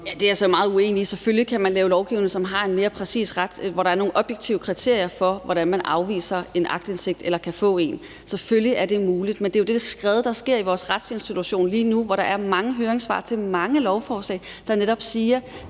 jeg så meget uenig i. Selvfølgelig kan man lave lovgivning, som har nogle objektive kriterier for, hvordan man afviser en aktindsigt eller kan få en – selvfølgelig er det muligt. Men det er jo det skred, der sker i vores retsinstitution lige nu, hvor der er mange høringssvar til mange lovforslag, der netop siger,